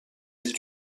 îles